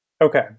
Okay